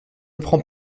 prends